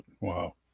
wow